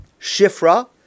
Shifra